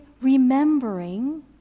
remembering